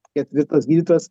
ketvirtas gydytojas